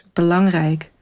belangrijk